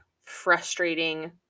frustrating